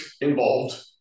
involved